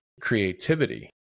creativity